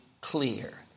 clear